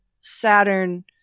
Saturn